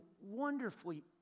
wonderfully